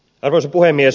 arvoisa puhemies